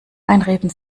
weinreben